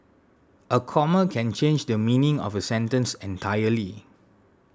a comma can change the meaning of a sentence entirely